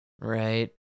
right